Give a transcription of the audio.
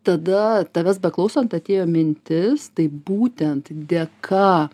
tada tavęs beklausant atėjo mintis tai būtent dėka